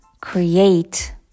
create